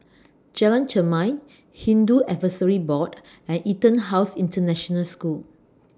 Jalan Chermai Hindu Advisory Board and Etonhouse International School